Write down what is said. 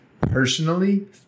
Personally